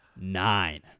nine